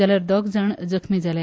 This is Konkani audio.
जाल्यार दोग जाण जखमी जाले